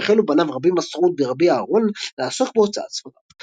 החלו בניו רבי מסעוד ורבי אהרן לעסוק בהוצאת ספריו.